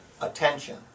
attention